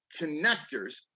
connectors